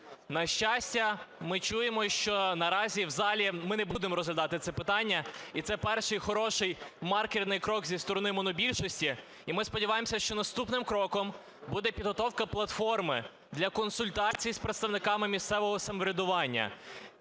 На щастя, ми чуємо, що наразі в залі ми не будемо розглядати це питання, і це перший хороший маркерний крок зі сторони монобільшості. І ми сподіваємося, що наступним кроком буде підготовка платформи для консультацій з представниками місцевого самоврядування.